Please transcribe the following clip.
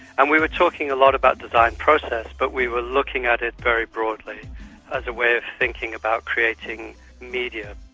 and we were talking a lot about design process but we were looking at it very broadly as a way of thinking about creating media.